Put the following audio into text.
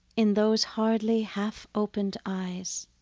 in those hardly half-opened eyes,